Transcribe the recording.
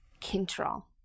control